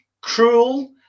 cruel